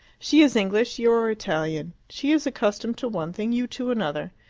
she is english, you are italian she is accustomed to one thing, you to another.